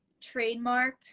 trademark